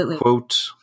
quote